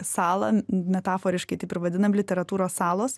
salą metaforiškai taip ir vadinam literatūros salos